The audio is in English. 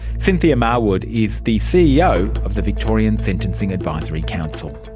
cynthia marwood is the ceo of the victorian sentencing advisory council.